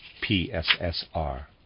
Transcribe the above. P-S-S-R